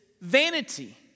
vanity